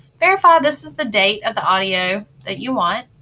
verify this is the date of the audio that you want.